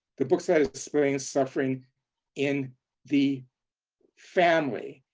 the books that explain suffering in the family.